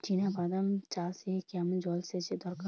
চিনাবাদাম চাষে কেমন জলসেচের দরকার?